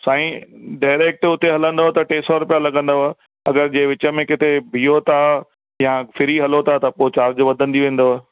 साईं डायरेक्ट उते हलंदो त टे सौ रुपिया लॻंदव अगरि जे विच में किथे बीहो त या फ्री हलो त त पोइ चार्ज वधंदी वेंदव